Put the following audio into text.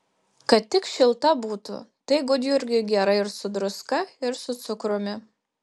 kad tik šilta būtų tai gudjurgiui gera ir su druska ir su cukrumi